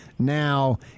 now